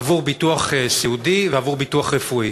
עבור ביטוח סיעודי ועבור ביטוח רפואי.